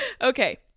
Okay